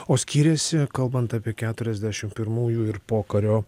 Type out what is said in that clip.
o skiriasi kalbant apie keturiasdešimt pirmųjų ir pokario